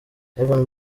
yvan